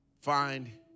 Find